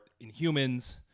Inhumans